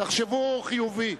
תחשבו חיובי.